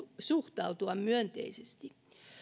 suhtautua myönteisesti